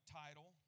title